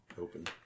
open